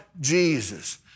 Jesus